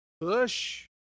push